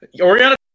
Oriana